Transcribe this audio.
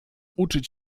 uczyć